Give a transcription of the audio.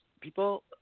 people